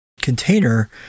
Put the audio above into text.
container